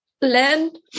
land